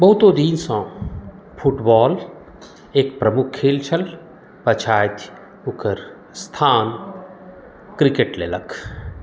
बहुतो दिनसँ फुटबॉल एक प्रमुख खेल छल पछाति ओकर स्थान क्रिकेट लेलक